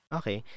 okay